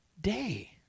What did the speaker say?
day